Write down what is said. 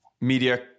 media